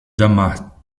damas